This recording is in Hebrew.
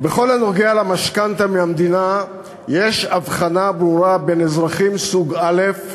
בכל הנוגע למשכנתה מהמדינה יש הבחנה ברורה בין אזרחים סוג א'